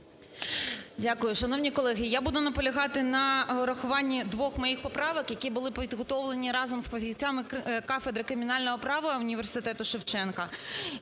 Дякую. Шановні колеги, я буду наполягати на врахуванні двох моїх поправок, які були підготовлені разом з фахівцями Кафедри кримінального права університету Шевченка,